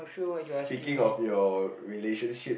speaking of your relationship